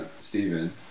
Stephen